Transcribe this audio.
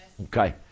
Okay